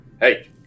hey